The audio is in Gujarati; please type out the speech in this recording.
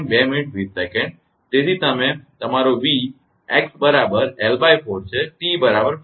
તેથી તમે તે તમારો V x બરાબર 𝑙4 છે અને t બરાબર 5